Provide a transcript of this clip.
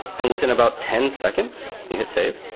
and within about ten seconds, you hit save,